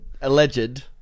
alleged